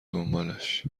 دنبالش